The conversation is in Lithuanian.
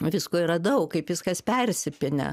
visko yra daug kaip viskas persipynę